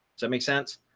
so it makes sense.